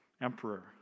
emperor